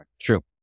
True